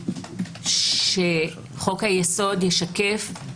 שחוק היסוד ישקף,